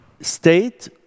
state